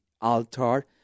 altar